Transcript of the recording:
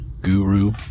Guru